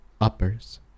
Uppers